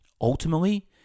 Ultimately